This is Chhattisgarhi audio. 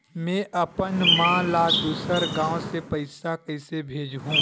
में अपन मा ला दुसर गांव से पईसा कइसे भेजहु?